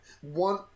one